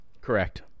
Correct